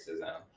racism